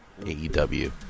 AEW